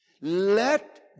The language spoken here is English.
let